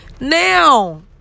now